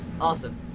Awesome